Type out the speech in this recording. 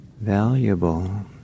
valuable